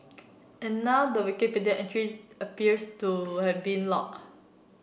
and now the Wikipedia entry appears to have been locked